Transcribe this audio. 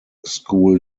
school